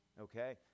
okay